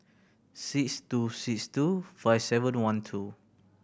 six two six two five seven one two